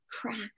crack